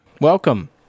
welcome